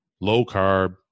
low-carb